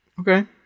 okay